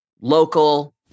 local